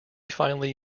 finally